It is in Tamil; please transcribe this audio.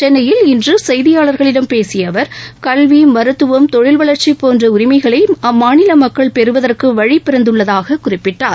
சென்னையில் இன்றசெய்தியாளர்களிடம் பேசியஅவர் கல்வி மருத்துவம் தொழில்வளர்ச்சிபோன்றஉரிமைகளைஅம்மாநிலமக்கள் பெறுவதற்குவழிபிறந்துள்ளதாகக் குறிப்பிட்டார்